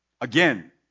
again